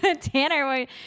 Tanner